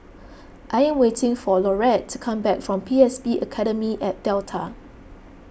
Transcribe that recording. I am waiting for Laurette to come back from P S B Academy at Delta